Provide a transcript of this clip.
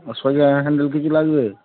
ও সোজা হ্যান্ডেল কিছু লাগবে